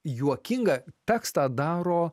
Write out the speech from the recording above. juokingą tekstą daro